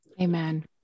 Amen